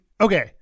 okay